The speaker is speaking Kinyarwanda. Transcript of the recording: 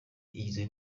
igizwe